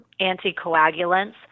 anticoagulants